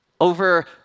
over